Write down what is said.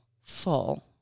full